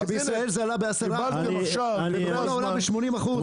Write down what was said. שבישראל זה עלה ב-10% ובכל העולם ב-80%.